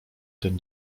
ten